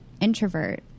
introvert